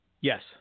Yes